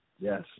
Yes